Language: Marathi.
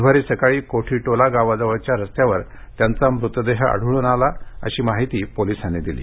ब्रुधवारी सकाळी कोठी टोला गावाजवळच्या रस्त्यावर त्याचा मृतदेह आढळून आला अशी माहिती पोलिसांनी दिली